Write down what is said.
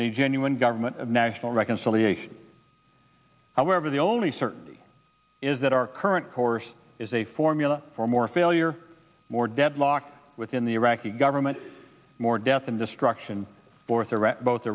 and a genuine government of national reconciliation however the only certainty is that our current course is a formula for more failure more deadlock within the iraqi government more death and destruction both